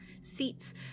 seats